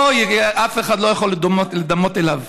ואף אחד לא יכול להידמות אליו.